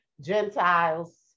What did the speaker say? Gentiles